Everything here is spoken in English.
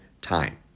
time